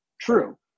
true